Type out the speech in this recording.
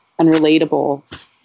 unrelatable